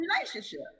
relationship